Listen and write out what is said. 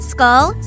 Skull